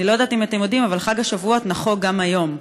אני לא יודעת אם אתם יודעים אבל חג השבועות נחוג גם היום.